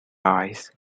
eyes